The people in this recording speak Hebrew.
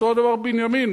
אותו הדבר בבנימין,